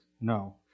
No